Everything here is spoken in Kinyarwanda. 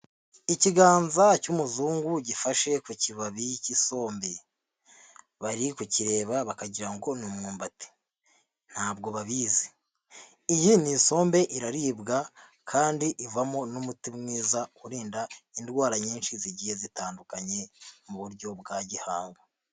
Ikiganza cy'umuzungu gifashe ku kibabi cy'isombe bari kukireba bakagirango ni umyumbati, ntabwo babizi iyi ni isombe iraribwa kandi ivamo n'umuti mwiza urinda indwara nyinshi zigiye zitandukanye mu buryo bwa gihanga.